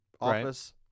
office